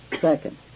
Second